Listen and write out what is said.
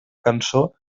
cançó